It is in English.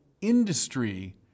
industry